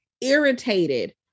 irritated